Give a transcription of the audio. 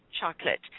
chocolate